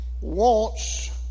wants